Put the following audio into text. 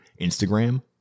Instagram